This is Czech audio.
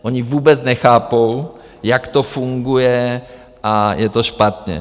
Oni vůbec nechápou, jak to funguje, a je to špatně.